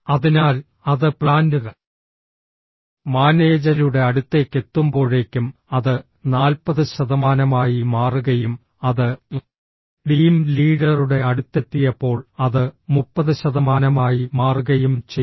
അതിനാൽ അത് പ്ലാന്റ് മാനേജരുടെ അടുത്തേക്ക് എത്തുമ്പോഴേക്കും അത് 40 ശതമാനമായി മാറുകയും അത് ടീം ലീഡറുടെ അടുത്തെത്തിയപ്പോൾ അത് 30 ശതമാനമായി മാറുകയും ചെയ്തു